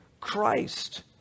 christ